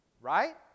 right